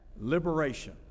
liberation